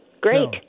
great